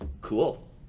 cool